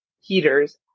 heaters